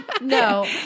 No